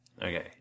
Okay